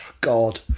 God